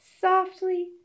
Softly